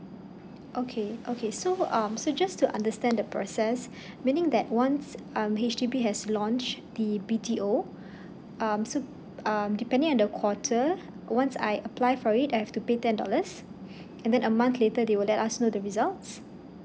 okay okay so um so just to understand the process meaning that ones um H_D_B has launch the B_T_O um so um depending on the quarter once I apply for it I have to pay ten dollars and then a month later they will let us know the results